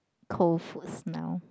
cold foods now